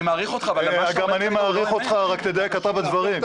גם אני מעריך אותך, רק תדייק אתה בדברים.